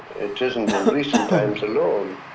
it isn't in recent times alone